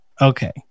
Okay